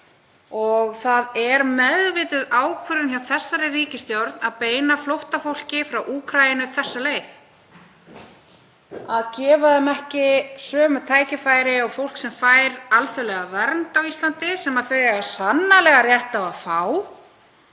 og það er meðvituð ákvörðun hjá þessari ríkisstjórn að beina flóttafólki frá Úkraínu þessa leið, að gefa því ekki sömu tækifæri og fólki sem fær alþjóðlega vernd á Íslandi, sem það á sannarlega rétt á að fá